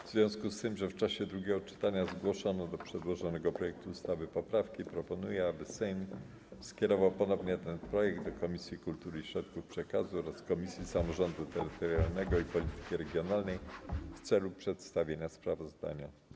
W związku z tym, że w czasie drugiego czytania zgłoszono do przedłożonego projektu ustawy poprawki, proponuję, aby Sejm skierował ponownie ten projekt do Komisji Kultury i Środków Przekazu oraz Komisji Samorządu Terytorialnego i Polityki Regionalnej w celu przedstawienia sprawozdania.